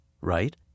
right